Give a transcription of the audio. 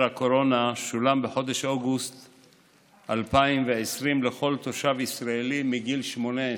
הקורונה שולם בחודש אוגוסט 2020 לכל תושב ישראלי מגיל 18,